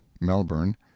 melbourne